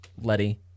Letty